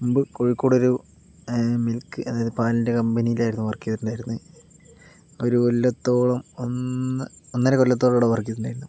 മുമ്പ് കോഴിക്കോടൊരു മിൽക്ക് അതായത് പാലിന്റെ കമ്പനിയിലായിരുന്നു വർക്ക് ചെയ്തിട്ടുണ്ടായിരുന്നത് ഒരു കൊല്ലത്തോളം ഒന്ന് ഒന്നര കൊല്ലത്തോളം അവിടെ വർക്ക് ചെയ്തിട്ടുണ്ടായിരുന്നു